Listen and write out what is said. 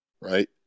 right